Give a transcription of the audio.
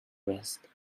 rest